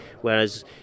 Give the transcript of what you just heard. whereas